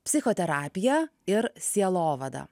psichoterapija ir sielovada